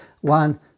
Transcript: One